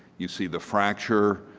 you see the fracture,